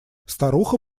старуха